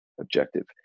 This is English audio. objective